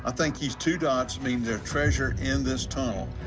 i think these two dots mean there's treasure in this tunnel,